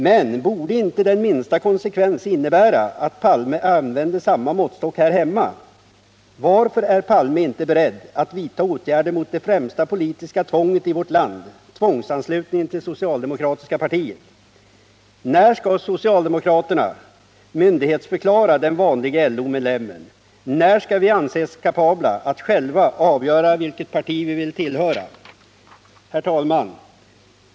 Men borde inte den minsta konsekvens innebära att Olof Palme använde samma måttstock här hemma? Varför är inte Olof Palme beredd att vidta åtgärder mot det främsta politiska tvånget i vårt land — tvångsanslutningen till det socialdemokratiska partiet? När skall socialdemokraterna myndigförklara den vanlige LO-medlemmen? När skall vi anses kapabla att själva avgöra vilket parti vi vill tillhöra? Herr talman!